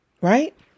right